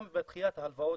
גם בדחיית ההלוואות,